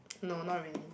no not really